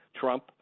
Trump